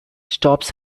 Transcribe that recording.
stops